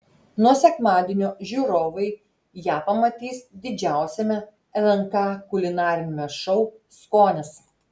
nuo sekmadienio žiūrovai ją pamatys didžiausiame lnk kulinariniame šou skonis